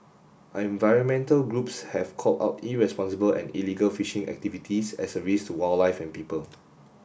environmental groups have called out irresponsible and illegal fishing activities as a risk to wildlife and people